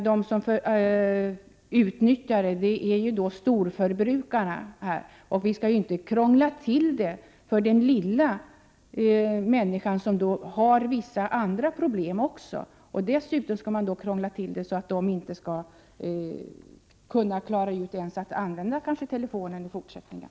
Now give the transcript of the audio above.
Låt oss inte krångla till det för den lilla människan, som har vissa andra problem också — särskilt inte till den grad att de kanske inte ens klarar att använda telefonen i fortsättningen.